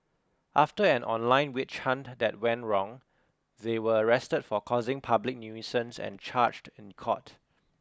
after an online witch hunt that went wrong they were arrested for causing public nuisance and charged in court